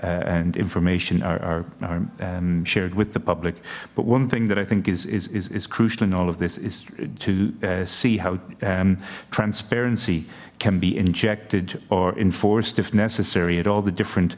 nd information are shared with the public but one thing that i think is is is is crucial in all of this is to see how transparency can be injected or enforced if necessary at all the different